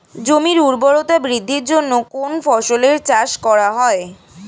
জমির উর্বরতা বৃদ্ধির জন্য কোন ফসলের চাষ করা হয়?